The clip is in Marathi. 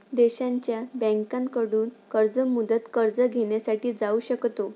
देशांच्या बँकांकडून कृषी मुदत कर्ज घेण्यासाठी जाऊ शकतो